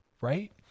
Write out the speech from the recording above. right